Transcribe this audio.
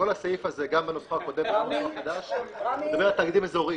הקודמת מדבר על תאגידים אזוריים.